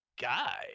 guy